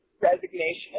resignation